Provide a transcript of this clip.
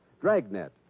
Dragnet